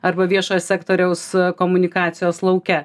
arba viešojo sektoriaus komunikacijos lauke